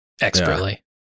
expertly